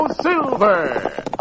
Silver